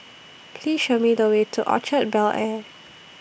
Please Show Me The Way to Orchard Bel Air